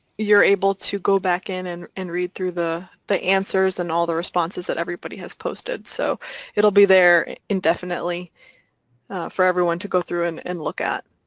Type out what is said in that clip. you're able to go back in and and read through the the answers and all the responses that everybody has posted, so it'll be there indefinitely for everyone to go through and and look at.